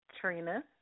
Trina